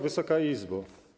Wysoka Izbo!